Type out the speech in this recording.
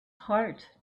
heart